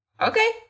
Okay